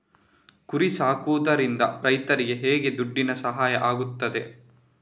ಕುರಿ ಸಾಕುವುದರಿಂದ ರೈತರಿಗೆ ಹೇಗೆ ದುಡ್ಡಿನ ಸಹಾಯ ಆಗ್ತದೆ?